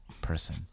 person